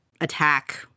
attack